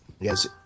Yes